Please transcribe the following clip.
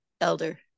Elder